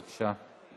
בבקשה.